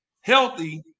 healthy